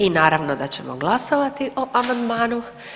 I naravno da ćemo glasovati o amandmanu.